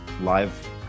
live